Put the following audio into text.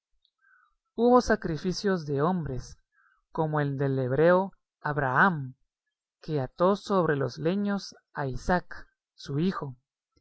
hubo sacrificios de hombres como el del hebreo abraham que ató sobre los leños a isaac su hijo